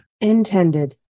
Intended